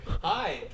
Hi